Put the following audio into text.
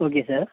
okay sir